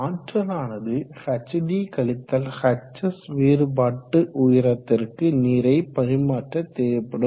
ஆற்றலானது hd - hs வேறுபாட்டு உயரத்திற்கு நீரை பரிமாற்ற தேவைப்படும்